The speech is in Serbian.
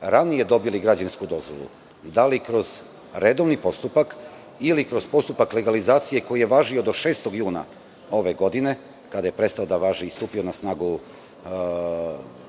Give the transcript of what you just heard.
ranije dobili građevinsku dozvolu, da li kroz redovni postupak ili kroz postupak legalizacije koji je važio do 6. juna ove godine, kada je prestao da važi i stupio na snagu mišljenje